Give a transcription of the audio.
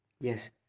Yes